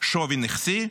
"שווי נכסי",